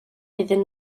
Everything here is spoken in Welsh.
iddyn